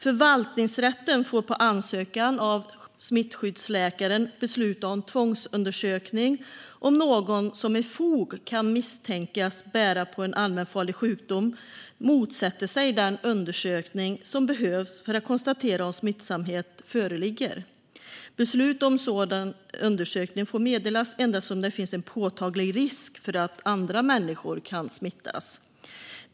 Förvaltningsrätten får på ansökan av smittskyddsläkaren besluta om tvångsundersökning om någon som med fog kan misstänkas bära på en allmänfarlig sjukdom motsätter sig den undersökning som behövs för att konstatera om smittsamhet föreligger. Beslut om sådan undersökning får meddelas endast om det finns en påtaglig risk för att andra människor kan smittas.